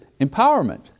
empowerment